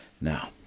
Now